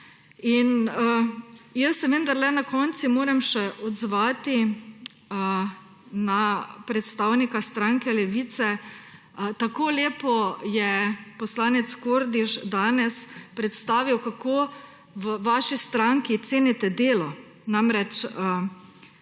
In jaz se vendarle na koncu moram še odzvati na predstavnika stranke Levica. Tako lepo je poslanec Kordiš predstavil, kako v vaši stranki cenite delo. Jasno